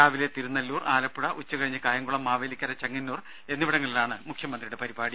രാവിലെ തിരുനല്ലൂർ ആലപ്പുഴ ഉച്ചകഴിഞ്ഞ് കായംകുളം മാവേലിക്കര ചെങ്ങന്നൂർ എന്നിവിടങ്ങളിലാണ് മുഖ്യമന്ത്രിയുടെ പരിപാടി